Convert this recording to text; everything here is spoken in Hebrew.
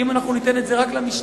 כי אם אנחנו ניתן את זה רק למשטרה,